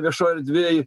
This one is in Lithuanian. viešoj erdvėj